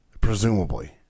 presumably